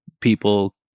people